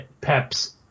Pep's